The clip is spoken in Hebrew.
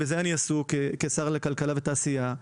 בזה אני עסוק כשר הכלכלה והתעשייה,